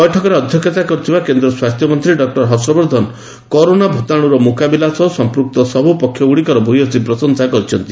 ବୈଠକରେ ଅଧ୍ୟକ୍ଷତା କରିଥିବା କେନ୍ଦ୍ର ସ୍ୱାସ୍ଥ୍ୟ ମନ୍ତ୍ରୀ ଡକ୍ଟର ହର୍ଷବର୍ଦ୍ଧନ କରୋନା ଭୂତାଣୁର ମୁକାବିଲା ସହ ସମ୍ପୂକ୍ତ ସବୁ ପକ୍ଷଗୁଡ଼ିକର ଭୟସୀ ପ୍ରଶଂସା କରିଛନ୍ତି